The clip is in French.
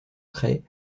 craie